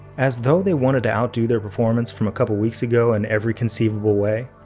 as though they wanted to outdo their performance from a couple weeks ago, in every conceivable way,